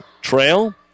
trail